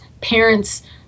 parents